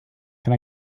can